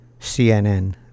CNN